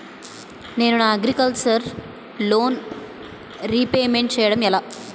నేను నా agriculture loan repayment చేయడం ఎలా?